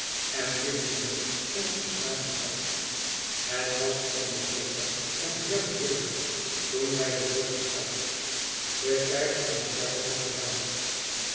en ik gingen te zamen uit het was in den zomer en heerlijk weder toen wij bet dorp uit de kerk en bet kerkhof voorbij